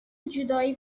جدایی